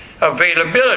availability